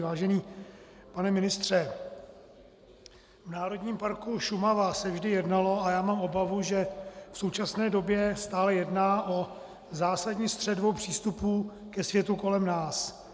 Vážený pane ministře, v Národním parku Šumava se vždy jednalo, a já mám obavu, že v současné době stále jedná o zásadní střet dvou přístupů ke světu kolem nás.